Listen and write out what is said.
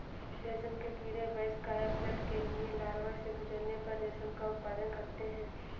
रेशम के कीड़े वयस्क कायापलट के लिए लार्वा से गुजरने पर रेशम का उत्पादन करते हैं